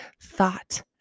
thought